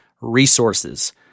resources